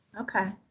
Okay